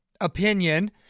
opinion